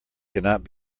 cannot